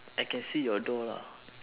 I can see your door lah